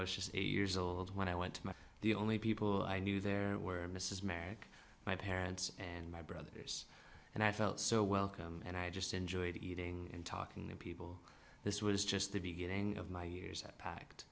was just eight years old when i went to my the only people i knew there were mrs merrick my parents and my brothers and i felt so welcome and i just enjoyed eating and talking to people this was just the beginning of my years that packed